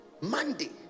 Monday